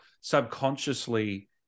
subconsciously